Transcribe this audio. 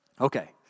Okay